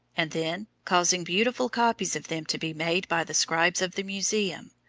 and then, causing beautiful copies of them to be made by the scribes of the museum,